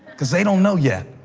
because they don't know yet.